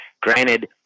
granted